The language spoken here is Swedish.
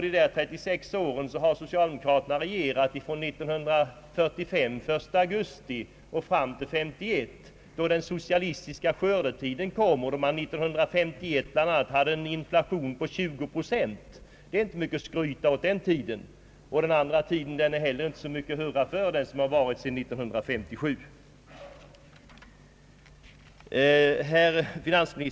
Under dessa 36 år har alltså socialdemokraterna regerat från den 1 augusti år 1945 till år 1951 då den socialistiska skördetiden kom och då man år 1951 hade en inflation på 20 procent. Den tiden är inte mycket att skryta med, och tiden från 1957 och framåt under socialdemokratiskt styre är heller inte mycket att skryta med.